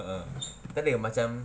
uh tak ada macam